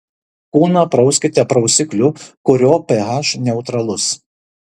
kūną prauskite prausikliu kurio ph neutralus